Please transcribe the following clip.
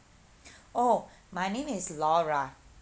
oh my name is laura